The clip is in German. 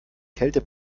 kälte